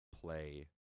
play